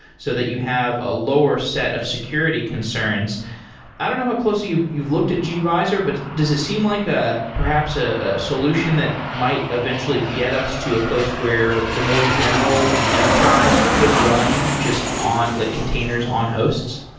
so that you have a lower set of security concerns i don't know how closely you've you've looked at gvisor, but does it seem like, ah perhaps ah a solution that might eventually get us to a place where the more general enterprise could run just on the containers on hosts?